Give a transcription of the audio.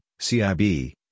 CIB